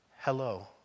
hello